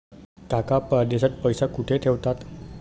काका परदेशात पैसा कुठे ठेवतात?